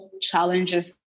challenges